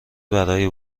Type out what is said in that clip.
برای